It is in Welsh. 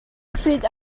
pryd